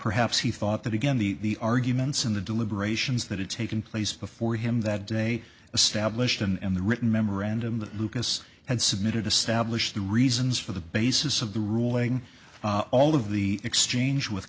perhaps he thought that again the arguments in the deliberations that it taken place before him that day established and the written memorandum that lucas had submitted establish the reasons for the basis of the ruling all of the exchange with